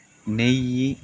నెయ్యి